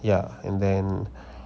ya and then